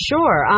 Sure